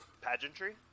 Pageantry